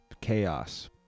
chaos